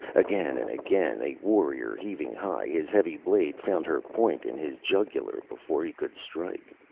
again and again a warrior, heaving high his heavy blade, found her point in his jugular before he could strike.